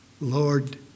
Lord